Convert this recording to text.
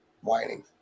whining